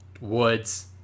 Woods